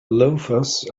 loafers